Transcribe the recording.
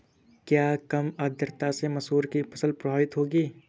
क्या कम आर्द्रता से मसूर की फसल प्रभावित होगी?